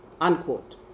unquote